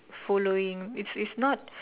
following it's it's not